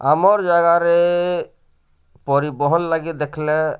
ଆମର୍ ଜାଗାରେ ପରିବହନ୍ ଲାଗି ଦେଖିଲେ